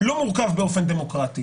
כמו שאמרת.